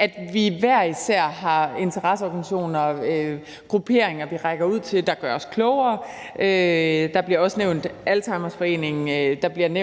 at vi hver især har interesseorganisationer og grupperinger, vi rækker ud til, der gør os klogere, og der bliver også nævnt Alzheimerforeningen, og der bliver spurgt